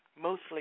mostly